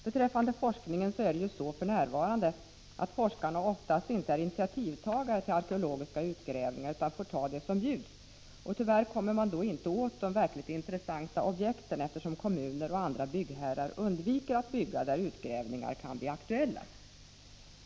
Beträffande forskningen är det för närvarande så att forskarna oftast inte är initiativtagare till arkeologiska utgrävningar utan får ta det som bjuds. Tyvärr kommer man då inte åt de verkligt intressanta objekten, eftersom kommuner och andra byggherrar undviker att bygga där utgrävningar kan bli aktuella.